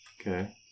Okay